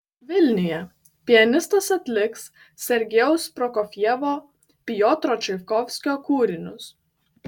vilniuje pianistas atliks sergejaus prokofjevo piotro čaikovskio kūrinius